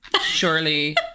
surely